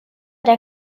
der